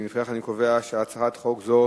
לפיכך, אני קובע שהצעת חוק זו